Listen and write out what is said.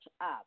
up